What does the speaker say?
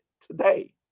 today